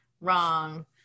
wrong